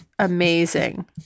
amazing